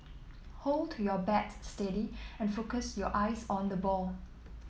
hold your bat steady and focus your eyes on the ball